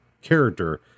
character